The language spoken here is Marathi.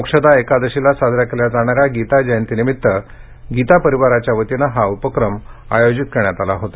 मोक्षदा एकादशीला साजऱ्या केल्या जाणाऱ्या गीता जयंतीनिमित्त गीता परिवाराच्या वतीने हा उपक्रम आयोजित करण्यात आला होता